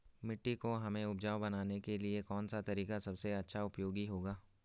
मिट्टी को हमें उपजाऊ बनाने के लिए कौन सा तरीका सबसे अच्छा उपयोगी होगा?